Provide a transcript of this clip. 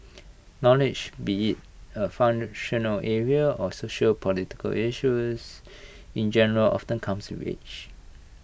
knowledge be IT A functional area or sociopolitical issues in general often comes age